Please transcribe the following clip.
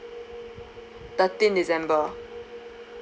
thirteen december